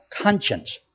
conscience